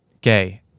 gay